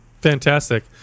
Fantastic